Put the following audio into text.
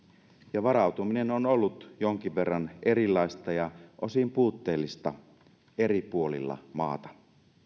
ja varautuminen on ollut jonkin verran erilaista ja osin puutteellista eri puolilla maata